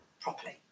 properly